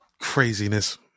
craziness